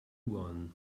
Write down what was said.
one